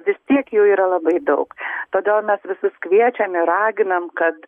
vis tiek jų yra labai daug todėl mes visus kviečiam ir raginam kad